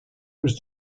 was